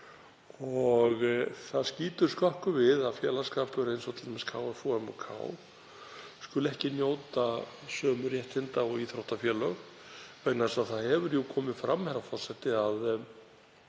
Það skýtur skökku við að félagsskapur eins og t.d. KFUM og K skuli ekki njóta sömu réttinda og íþróttafélög. Það hefur jú komið fram, herra forseti, að